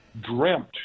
dreamt